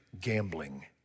gambling